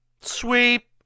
Sweep